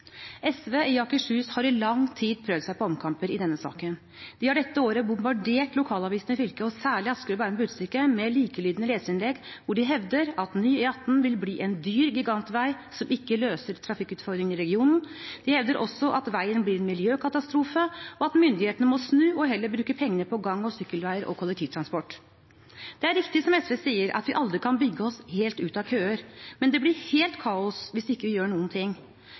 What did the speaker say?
SV i Akershus har i lang tid prøvd seg på omkamper i denne saken. De har dette året bombardert lokalavisene i fylket, og særlig Asker og Bærum Budstikke, med likelydende leserinnlegg, hvor de hevder at ny E18 vil bli en dyr gigantvei som ikke løser trafikkutfordringer i regionen. Det hevder også at veien blir en miljøkatastrofe, og at myndighetene må snu og heller bruke pengene på gang- og sykkelveier og kollektivtransport. Det er riktig som SV sier, at vi aldri kan bygge oss helt ut av køer, men det blir helt kaos hvis vi ikke gjør noen ting.